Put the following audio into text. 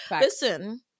Listen